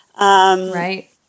Right